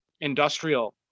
industrial